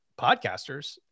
podcasters